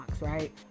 right